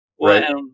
right